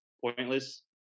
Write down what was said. pointless